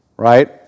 right